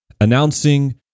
announcing